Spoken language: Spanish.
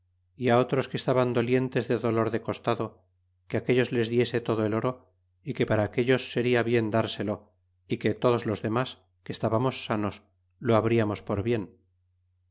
y otros que estaban dolientes de dolor de costado que aquellos les diese todo el oro y que para aquellos seria bien drselo é que todos los demas que esthamos sanos lo habriamos por bien